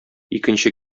икенче